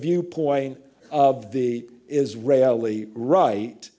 viewpoint of the israeli right